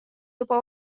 juba